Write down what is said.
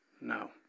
No